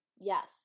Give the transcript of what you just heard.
Yes